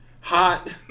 hot